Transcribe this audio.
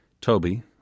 Toby